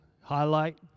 highlight